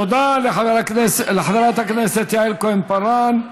תודה לחברת הכנסת יעל כהן-פארן.